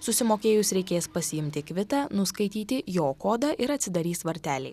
susimokėjus reikės pasiimti kvitą nuskaityti jo kodą ir atsidarys varteliai